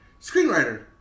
screenwriter